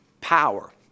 power